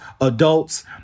adults